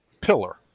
pillar